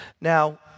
Now